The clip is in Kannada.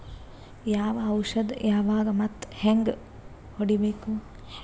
ಯಾವ ಔಷದ ಯಾವಾಗ ಮತ್ ಹ್ಯಾಂಗ್ ಹೊಡಿಬೇಕು?